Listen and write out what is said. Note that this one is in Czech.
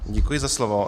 Děkuji za slovo.